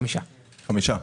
חמישה מיליון שקלים.